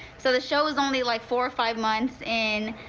so the show was only like four or five months in.